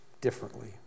differently